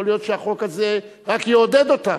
יכול להיות שהחוק הזה רק יעודד אותן.